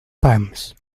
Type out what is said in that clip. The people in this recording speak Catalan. pams